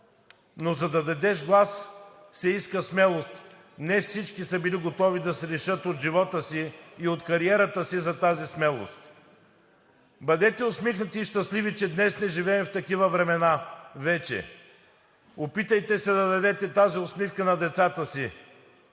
но за да нададеш глас, се иска смелост. Не всички са били готови да се лишат от живота си и от кариерата си за тази смелост. Бъдете усмихнати и щастливи, че днес не живеем в такива времена вече. Опитайте се да дадете тази усмивка на децата си